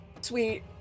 Sweet